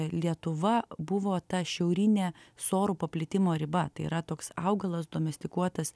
lietuva buvo ta šiaurinė sorų paplitimo riba tai yra toks augalas domestikuotas